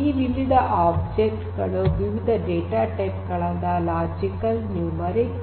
ಈ ವಿವಿಧ ಆಬ್ಜೆಕ್ಟ್ ಗಳು ವಿವಿಧ ಡೇಟಾ ಟೈಪ್ ಗಳಾದ ಲಾಜಿಕಲ್ ನ್ಯೂಮೆರಿಕ್